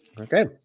okay